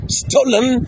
stolen